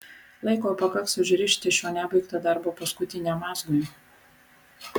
laiko pakaks užrišti šio nebaigto darbo paskutiniam mazgui